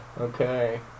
Okay